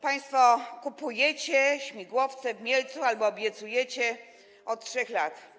Państwo kupujecie śmigłowce w Mielcu albo to obiecujecie od 3 lat.